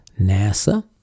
NASA